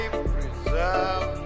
preserve